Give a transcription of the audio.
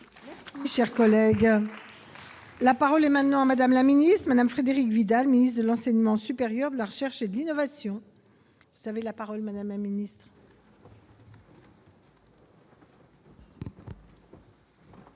remercie. Cher collègue, la parole est maintenant mais. La Ministre Madame Frédérique Vidal, ministre de l'enseignement supérieur de la recherche et l'innovation, vous savez la parole Madame 1 minuit. Madame